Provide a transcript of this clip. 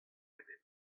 ebet